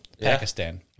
Pakistan